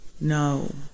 no